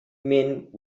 mint